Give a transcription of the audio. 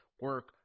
Work